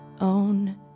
own